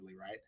right